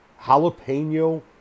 Jalapeno